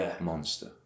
monster